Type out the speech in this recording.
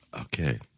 Okay